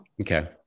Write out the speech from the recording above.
Okay